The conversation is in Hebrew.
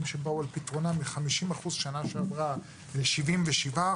שבאו על פתרונם מ-50% שנה שעברה ל-77%,